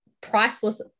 priceless